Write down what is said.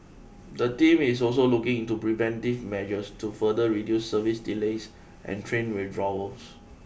the team is also looking into preventive measures to further reduce service delays and train withdrawals